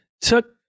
took